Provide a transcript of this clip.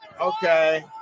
Okay